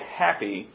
happy